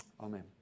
Amen